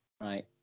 right